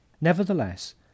Nevertheless